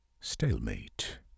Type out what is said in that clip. stalemate